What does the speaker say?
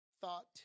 thought